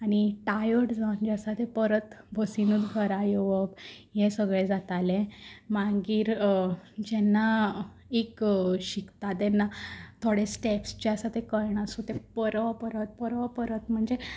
आनी टायर्ड जावन जें आसा तें परत बसिनूत घरा येवप हें सगळें जातालें मागीर जेन्ना एक शिकता तेन्ना थोडे स्टेप्स जे आसा ते कळणा सो परपरत परपरत म्हणजे